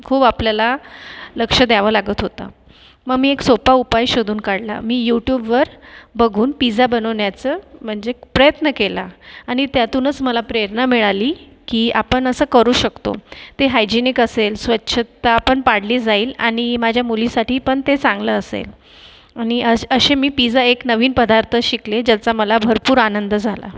खूप आपल्याला लक्ष द्यावं लागत होता म मी एक सोपा उपाय शोधून काढला मी यूट्यूबवर बघून पिझ्झा बनवण्याचं म्हणजे प्रयत्न केला आणि त्यातूनच मला प्रेरणा मिळाली की आपण असं करू शकतो ते हायजेनिक असेल स्वछता पण पाळली जाईल आणि माझ्या मुलीसाठी पण ते चांगलं असेल आणि आज असे मी पिझ्झा एक नवीन पदार्थ शिकले ज्याचा मला भरपूर आनंद झाला